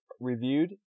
reviewed